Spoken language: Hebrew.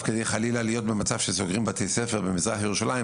חלילה להיות במצב שסוגרים בתי ספר במזרח ירושלים,